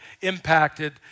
impacted